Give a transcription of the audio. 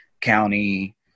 county